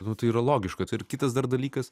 nu tai yra logiška tai ir kitas dar dalykas